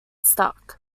stuck